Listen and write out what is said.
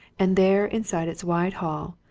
and there inside its wide hall,